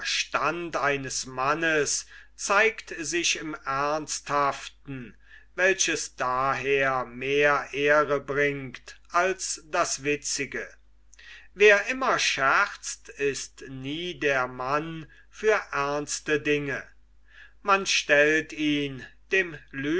verstand eines mannes zeigt sich im ernsthaften welches daher mehr ehre bringt als das witzige wer immer scherzt ist nie der mann für ernste dinge man stellt ihn dem